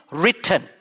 written